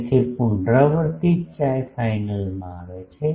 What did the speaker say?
તેથી પુનરાવર્તિત chi ફાઇનલમાં આવે છે